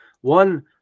One –